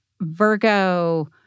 Virgo